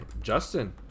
Justin